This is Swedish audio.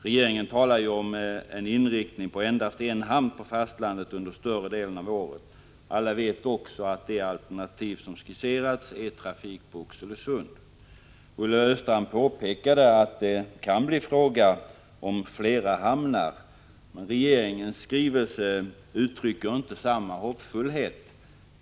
Regeringen talar om en inriktning på endast en hamn på fastlandet under större delen av året. Alla vet också att det alternativ som har skisserats är trafik på Oxelösund. Olle Östrand påpekade att det kan bli fråga om flera hamnar. Men regeringens skrivelse uttrycker inte samma hoppfullhet.